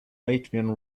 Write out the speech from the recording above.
latvian